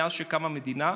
מאז שקמה המדינה,